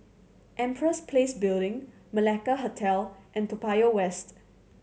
Empress Place Building Malacca Hotel and Toa Payoh West